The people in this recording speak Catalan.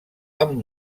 amb